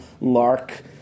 lark